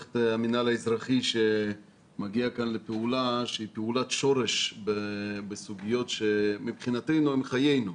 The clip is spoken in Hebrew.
את המינהל האזרחי שמגיע כאן לפעולה שהיא פעולת שורש שבפעולתה היא חיינו.